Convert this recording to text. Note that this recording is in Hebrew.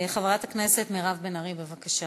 חברת הכנסת מירב בן ארי, בבקשה.